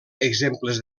exemples